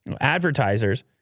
advertisers